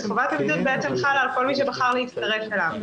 חובת הבידוד חלה על כל מי שבחר להצטרף אליו.